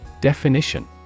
Definition